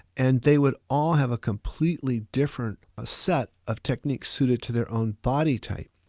and they would all have a completely different set of techniques suited to their own body type.